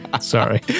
sorry